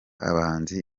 abahinzi